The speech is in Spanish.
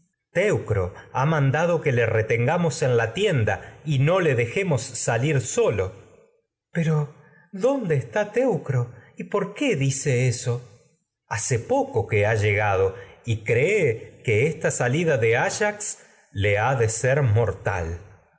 teuci'o ha mandado que lo retenga mos en la tienda y no le dejemos salir solo tecmesa pero dónde está teucro y por qué dice eso que mensajero hace poco ha llegado y cree que p ta salida de áyax le ha de ser mortal